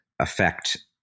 affect